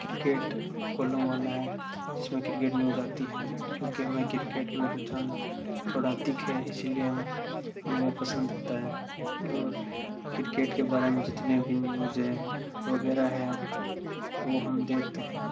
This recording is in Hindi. क्रिकेट कोलम वाला है जिसमें क्रिकेट न्यूज़ आती हैं क्योंकि हमें क्रिकेट में रुझान थोड़ा दिखें इसलिए हम हमें वह पसंद आता है और क्रिकेट के बारे में जितने भी न्यूज हैं वग़ैरह है वे हम देखते हैं